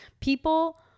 People